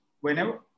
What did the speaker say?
whenever